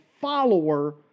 follower